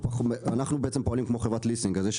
אנחנו פועלים כמו חברת ליסינג אז יש